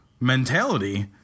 mentality